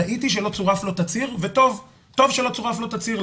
ראיתי שלא צורף לו תצהיר וטוב שלא צורף לו תצהיר,